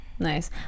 Nice